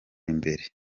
imbere